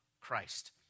Christ